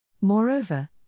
Moreover